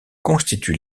constitue